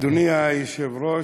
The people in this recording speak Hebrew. אדוני היושב-ראש,